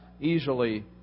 easily